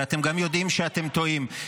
ואתם גם יודעים שאתם טועים,